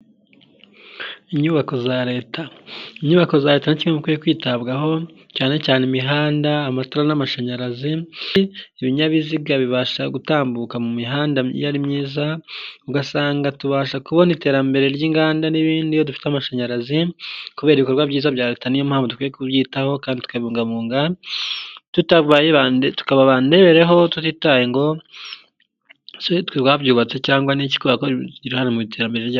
Inyubako za leta, inyubako za leta ni zimwe mu nyubako zikwiye kwitabwaho, cyane cyane imihanda, amatara n'amashanyarazi, ibinyabiziga bibasha gutambuka mu mihanda iyo ari myiza, ugasanga tubasha kubona iterambere ry'inganda n'ibindi iyo dufite amashanyarazi, kubera ibikorwa byiza bya leta, niyo mpamvu dukwiye kubyitaho kandi tukabibunganga tukaba bandebereho tutitaye ngo sitwe twabyubatse cyangwa n'iki kubera ko bigira uruhare mu iterambere ryacu.